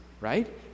right